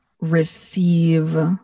receive